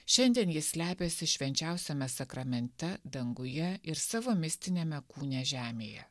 šiandien jis slepiasi švenčiausiame sakramente danguje ir savo mistiniame kūne žemėje